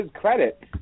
credit